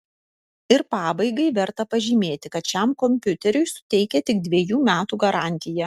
ir pabaigai verta pažymėti kad šiam kompiuteriui suteikia tik dvejų metų garantiją